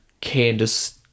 candace